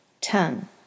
tongue